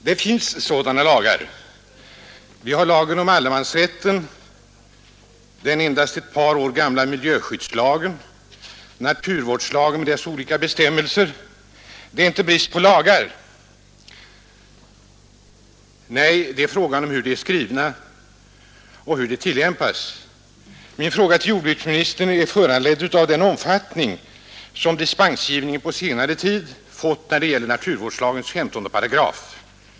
18 november 1971 Vi har allemansrätten, vi har den endast ett par år gamla miljöskyddslagen, och vi har naturvårdslagen med dess olika bestämmelser. Det är inte brist på lagar. Nej, frågan är hur de är skrivna och hur de tillämpas. Min fråga till jordbruksministern är föranledd av den omfattning som dispensgivningen på senare tid fått när det gäller naturvårdslagens 15 8.